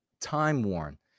time-worn